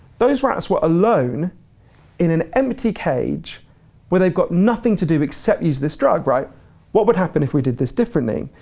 those rats were alone in an empty cage where they've got nothing to do except use this drug. what would happen if we did this differently?